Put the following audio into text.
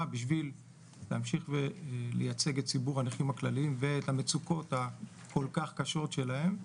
כדי להמשיך ולייצג את ציבור הנכים הכלליים ואת המצוקות הכול כך קשות שלהם.